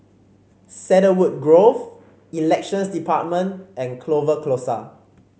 Cedarwood Grove Elections Department and Clover Close